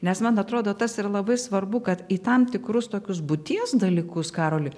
nes man atrodo tas ir labai svarbu kad į tam tikrus tokius būties dalykus karoli